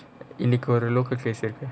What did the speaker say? illegal the local case இருக்கு:irukku